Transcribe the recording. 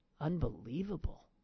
unbelievable